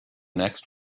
next